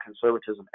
conservatism